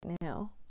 now